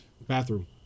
Bathroom